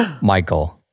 Michael